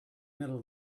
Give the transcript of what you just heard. middle